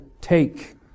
Take